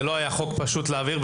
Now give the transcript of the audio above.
זה לא היה חוק פשוט להעביר.